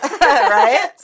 Right